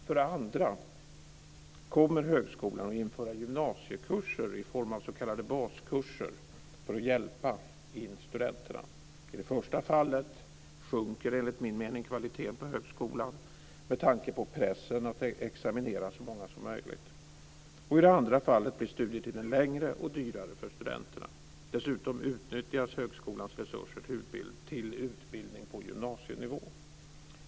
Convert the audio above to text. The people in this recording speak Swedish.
För det andra: Kommer högskolan att införa gymnasiekurser i form av s.k. baskurser för att hjälpa in studenterna? I det första fallet sjunker enligt min mening kvaliteten på högskolan med tanke på pressen att examinera så många som möjligt. I det andra fallet blir studietiden längre och dyrare för studenterna. Dessutom utnyttjas högskolans resurser till utbildning på gymnasienivå.